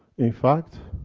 in fact,